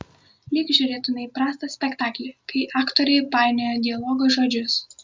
lyg žiūrėtumei prastą spektaklį kai aktoriai painioja dialogo žodžius